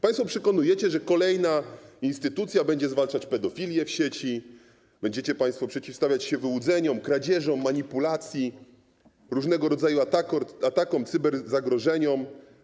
Państwo przekonujecie, że kolejna instytucja będzie zwalczać pedofilię w sieci, będziecie państwo przeciwstawiać się wyłudzeniom, kradzieżom, manipulacji różnego rodzaju atakom, cyberzagrożeniom.